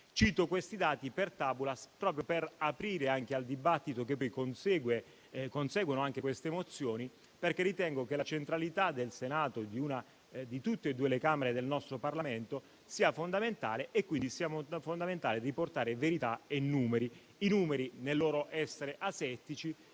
Cito questi dati *per tabulas*, proprio per aprire anche al dibattito conseguente a queste mozioni, perché ritengo che la centralità del Senato e di tutte e due le Camere del nostro Parlamento sia fondamentale, come lo è riportare verità e numeri. I numeri nel loro essere asettici